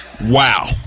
wow